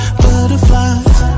butterflies